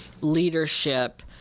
leadership